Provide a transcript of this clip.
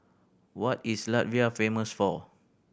what is Latvia famous for